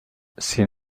sin